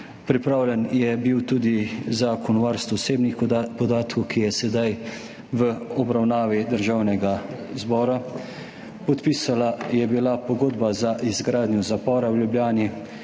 Pripravljen je bil tudi zakon o varstvu osebnih podatkov, ki je sedaj v obravnavi Državnega zbora. Podpisana je bila pogodba za izgradnjo zapora v Ljubljani,